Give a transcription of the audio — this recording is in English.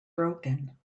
broken